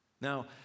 Now